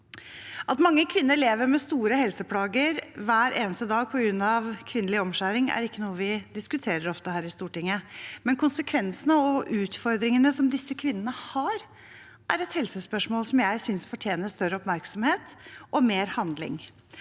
At mange kvinner lever med store helseplager hver eneste dag på grunn av kvinnelig omskjæring, er ikke noe vi diskuterer ofte her i Stortinget, men konsekvensene av det og utfordringene som disse kvinnene har, er et helsespørsmål som jeg synes fortjener større oppmerksomhet og mer handling.